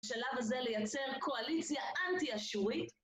שלב הזה לייצר קואליציה אנטי-אשורית